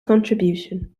contribution